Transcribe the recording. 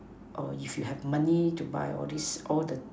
oh if you have money to buy all this all the